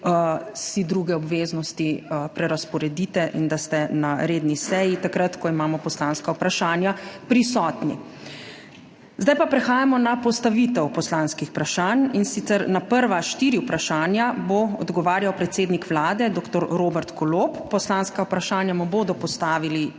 meri druge obveznosti prerazporedite in da ste na redni seji takrat, ko imamo poslanska vprašanja, prisotni. Zdaj pa prehajamo na postavitev poslanskih vprašanj, in sicer na prva štiri vprašanja bo odgovarjal predsednik Vlade dr. Robert Golob. Poslanska vprašanja mu bodo postavili